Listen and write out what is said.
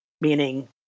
meaning